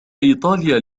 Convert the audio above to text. إيطاليا